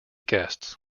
guests